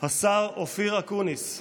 השר אופיר אקוניס.